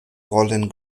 rollen